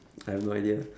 I have no idea